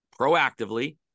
proactively